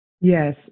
Yes